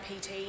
PT